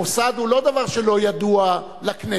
המוסד הוא לא דבר שלא ידוע לכנסת.